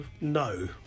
No